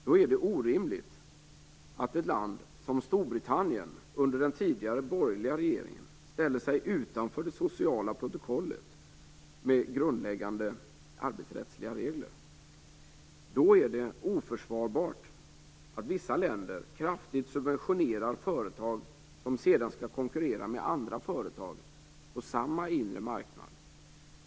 Då är det orimligt att ett land som Storbritannien, under den tidigare borgerliga regeringen, ställer sig utanför det sociala protokollet, med grundläggande arbetsrättsliga regler. Då är det oförsvarbart att vissa länder kraftigt subventionerar företag som sedan skall konkurrera med andra företag på samma inre marknad.